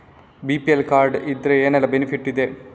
BPL card ಇದ್ರೆ ಏನೆಲ್ಲ benefit ಇದೆ?